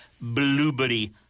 blueberry